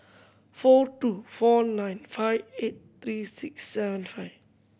four two four nine five eight three six seven five